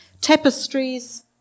Tapestries